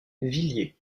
villiers